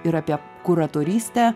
ir apie kuratorystę